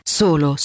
solo